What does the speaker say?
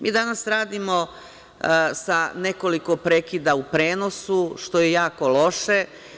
Mi danas radimo sa nekoliko prekida u prenosu, što je jako loše.